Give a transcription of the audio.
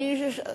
מי אמר את זה?